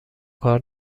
کار